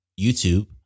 YouTube